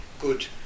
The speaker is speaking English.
good